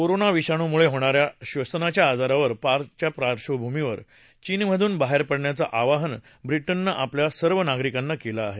corona विषाणूमुळे होणाऱ्या आजाराच्या पार्क्षभूमीवर चीनमधून बाहेर पडण्याचं आवाहन ब्रिटननं आपल्या सर्व नागरिकांना केलं आहे